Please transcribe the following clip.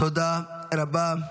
תודה רבה.